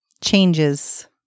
changes